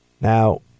Now